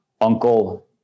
uncle